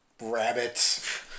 rabbits